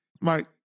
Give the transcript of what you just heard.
Mike